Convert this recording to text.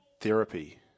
therapy